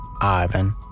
Ivan